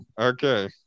Okay